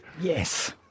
Yes